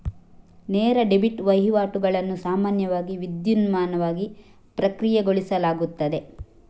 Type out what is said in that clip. ನೇರ ಡೆಬಿಟ್ ವಹಿವಾಟುಗಳನ್ನು ಸಾಮಾನ್ಯವಾಗಿ ವಿದ್ಯುನ್ಮಾನವಾಗಿ ಪ್ರಕ್ರಿಯೆಗೊಳಿಸಲಾಗುತ್ತದೆ